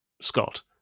Scott